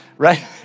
right